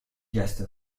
gesto